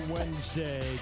Wednesday